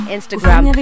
Instagram